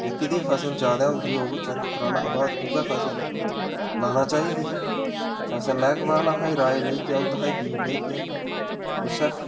जेह्की ते फसल ज्यादा होंदी होग ओह् चैक कराना हा बाद उयै फसल लानी चाहिदी फसल मैह्कमा आहला हां राए लेइयै उंदे शा बीऽ लेइयै उस्सै